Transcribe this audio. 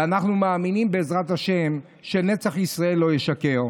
ואנחנו מאמינים בעזרת השם שנצח לישראל לא ישקר.